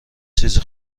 چیزی